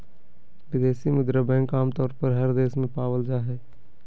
विदेशी मुद्रा बैंक आमतौर पर हर देश में पावल जा हय